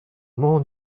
mon